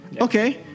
Okay